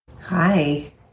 Hi